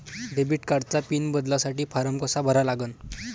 Debit कार्डचा PIN बदलासाठी form कसा भरा लागन?